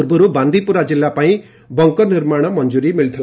ପୂର୍ବରୁ ବାନ୍ଦିପୁରା କିଲ୍ଲା ପାଇଁ ବଙ୍କର ନିର୍ମାଣ ମଞ୍ଜୁରୀ ମିଳିଥିଲା